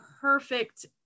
perfect